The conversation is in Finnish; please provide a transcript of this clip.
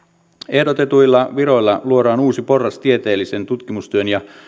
ehdotetuilla viroilla luodaan uusi porras tieteellisen tutkimustyön ja